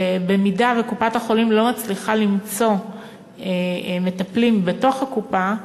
שבמידה שקופת-החולים לא מצליחה למצוא מטפלים בתוך הקופה,